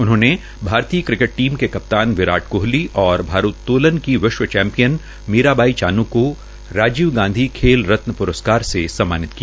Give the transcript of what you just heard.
उन्होंने भारतीय cricket team के कप्तान विराट कोहली और भारोन्तोलन की विश्व चैम्पियन मीराभाई चान् को राजीव गांधी खेल रत्न प्रस्कार से सम्मानित किया